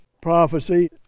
prophecy